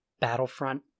battlefront